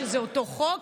שזה אותו חוק,